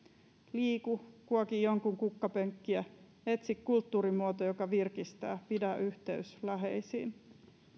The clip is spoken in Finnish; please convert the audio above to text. liiku kuoki jonkun kukkapenkkiä etsi kulttuurimuoto joka virkistää pidä yhteys läheisiin